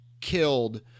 killed